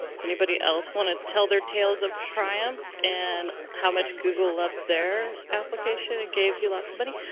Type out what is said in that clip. so, anybody else want to tell their tales of triumph and how much google loves their application and gave you lots of money?